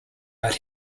but